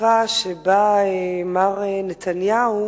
לתקופה שבה מר נתניהו